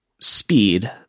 speed